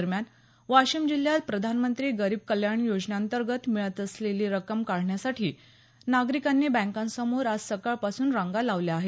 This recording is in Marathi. दरम्यान वाशिम जिल्ह्यात प्रधानमंत्री गरीब कल्याण योजनेअंतर्गत मिळत असलेली रक्क्म काढण्यासाठी नागरिकांनी बँकांसमोर आज सकाळपासून रांगा लावल्या आहेत